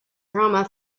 drama